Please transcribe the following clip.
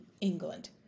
England